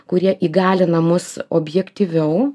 kurie įgalina mus objektyviau